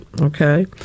Okay